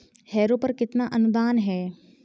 Harrow पर कितना अनुदान है?